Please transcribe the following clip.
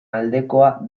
aldekoa